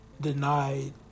denied